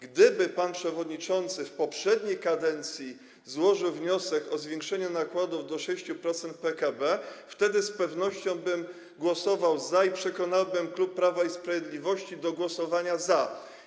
Gdyby pan przewodniczący w poprzedniej kadencji złożył wniosek o zwiększenie nakładów do 6% PKB, wtedy z pewnością bym głosował za tym i przekonałbym klub Prawo i Sprawiedliwość do głosowania za tym.